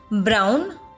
Brown